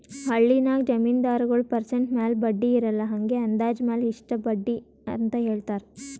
ಹಳ್ಳಿನಾಗ್ ಜಮೀನ್ದಾರಗೊಳ್ ಪರ್ಸೆಂಟ್ ಮ್ಯಾಲ ಬಡ್ಡಿ ಇರಲ್ಲಾ ಹಂಗೆ ಅಂದಾಜ್ ಮ್ಯಾಲ ಇಷ್ಟ ಬಡ್ಡಿ ಅಂತ್ ಹೇಳ್ತಾರ್